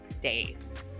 days